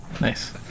Nice